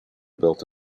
built